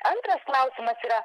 antras klausimas yra